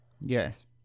Yes